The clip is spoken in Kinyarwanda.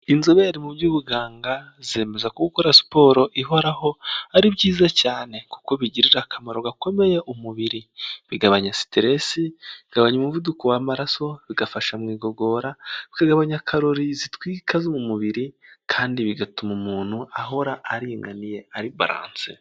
Inzobere mu by'ubuganga zemeza ko gukora siporo ihoraho ari byiza cyane kuko bigirira akamaro gakomeye umubiri, bigabanya siteresi, bigabanya umuvuduko w'amaraso, bigafasha mu igogora kwigabanya, karori zitwika zo mu mubiri kandi bigatuma umuntu ahora aringaniye ari balanse.